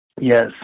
Yes